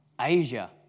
Asia